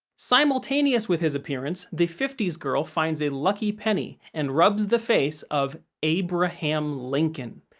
simultaneous with his appearance, the fifty s girl finds a lucky penny and rubs the face of abraham lincoln.